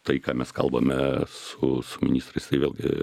tai ką mes kalbame su su ministrais tai vėlgi